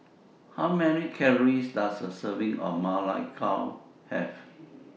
How Many Calories Does A Serving of Ma Lai Gao Have